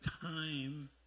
time